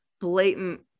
blatant